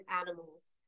animals